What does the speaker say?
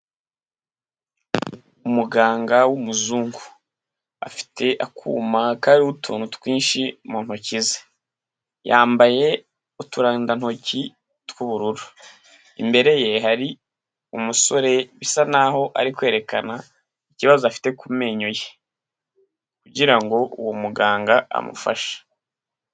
Umuganga w'umuzungu afite akuma kariho utuntu twinshi, mu ntoki ze yambaye uturindantoki tw'ubururu, imbere ye hari umusore bisa naho ari kwerekana ikibazo afite ku menyo ye, kugira ngo uwo muganga amufashe.